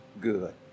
good